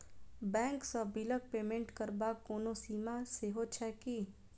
Bank सँ बिलक payment करबाक कोनो सीमा सेहो छैक की?